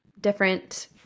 different